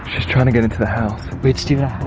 she's trying to get into the house. wait stephen